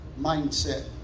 mindset